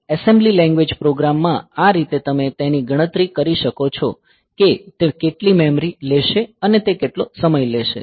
assembly language program માં આ રીતે તમે તેની ગણતરી કરી શકો છો કે તે કેટલી મેમરી લેશે અને તે કેટલો સમય લેશે